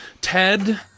Ted